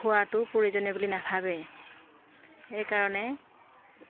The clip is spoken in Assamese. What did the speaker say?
খোৱাটো প্ৰয়োজনীয় বুলি নাভাবে সেইকাৰণে